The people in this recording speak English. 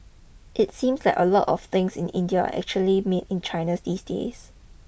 it seems like a lot of things in India are actually made in China these days